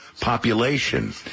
population